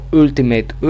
ultimate